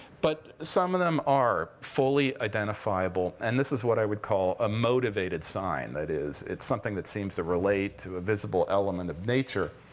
but some of them are fully identifiable. and this is what i would call a motivated sign. that is, it's something that seems to relate to a visible element of nature.